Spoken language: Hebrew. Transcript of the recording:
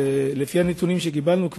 לפי הנתונים שקיבלנו,